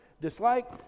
dislike